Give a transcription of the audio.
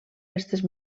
restes